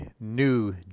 new